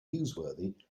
newsworthy